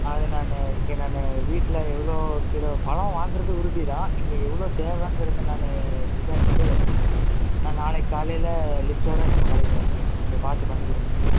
அது நான் இங்கே நான் வீட்டில் எவ்வளோவு கிலோ பழம் வாங்குவது உறுதி தான் இங்கே எவ்வளோ தேவைங்குறது நான் விசாரிச்சுட்டு நான் நாளைக்கு காலையில் லிஸ்ட்டோடு நம்ம கடைக்கு வரேன் சார் கொஞ்சம் பார்த்துப்பண்ணிக்கொடுங்க எனக்கு